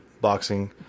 boxing